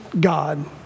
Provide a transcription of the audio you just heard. God